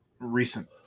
recent